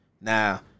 Now